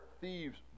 thieves